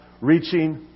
reaching